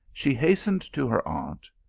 she hastened to her aunt,